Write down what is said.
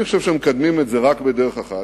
אני חושב שמקדמים את זה רק בדרך אחת,